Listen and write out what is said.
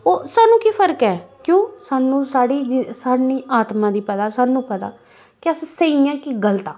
ओह् सानूं केह् फर्क ऐ क्यों सानूं साढ़ी सानी आत्मा गी पता ऐ सानूं पता कि अस स्हेई आं कि गलत आं